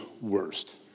worst